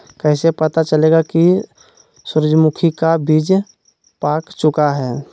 कैसे पता चलेगा की सूरजमुखी का बिज पाक चूका है?